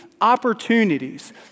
opportunities